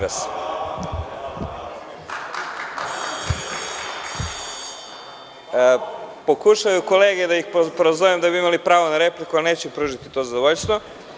Pokušavaju kolege da ih prozovem da bi imali pravo na repliku, ali neću im pružiti to zadovoljstvo.